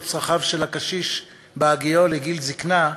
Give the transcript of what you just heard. צרכיו של הקשיש בהגיעו לגיל זיקנה,